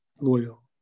loyal